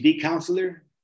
counselor